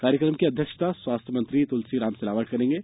कार्यक्रम की अध्यक्षता स्वास्थ्य मंत्री तुलसीराम सिलावट करेंगे